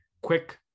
quick